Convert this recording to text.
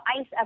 Ice